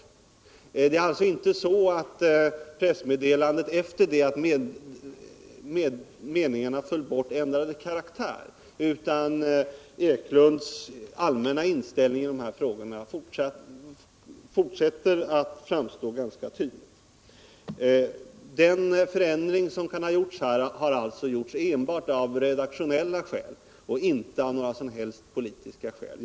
Pressmeddelandet ändrade alltså inte karaktär sedan meningarna fallit bort, varför Eklunds allmänna inställning till dessa frågor fortsätter att framstå ganska tydligt. Den förändring som kan ha gjorts har företagits enbart av redaktionella skäl och inte av några som helst politiska orsaker.